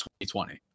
2020